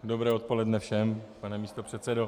Dobré odpoledne všem, pane místopředsedo.